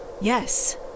Yes